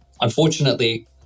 Unfortunately